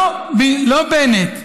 לא בנט,